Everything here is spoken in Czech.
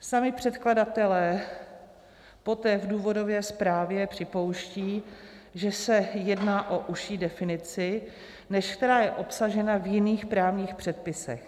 Sami předkladatelé poté v důvodové zprávě připouštějí, že se jedná o užší definici, než která je obsažena v jiných právních předpisech.